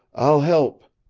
i'll help,